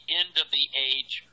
end-of-the-age